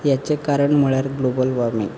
हाचें कारण म्हणल्यार ग्लोबल वोर्मींग